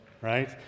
right